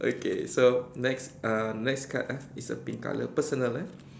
okay so next uh next card ah is a pink colour personal eh